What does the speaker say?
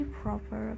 proper